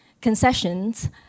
concessions